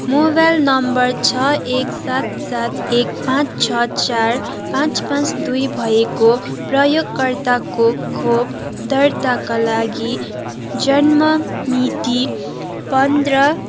mobile number छ एक सात सात एक पाँच छ चार पाँच पाँच दुई भएको प्रयोगकर्ताको खोप दर्ताका लागि जन्ममिति पन्ध्र